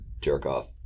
jerk-off